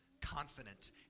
confident